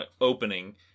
opening